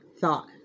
thought